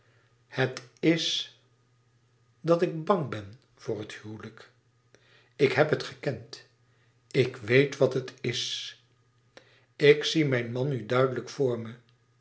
het is dat ik bang ben voor het huwelijk ik heb het gekend ik weet wat het is ik zie mijn man nu duidelijk voor me